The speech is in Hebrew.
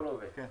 כן.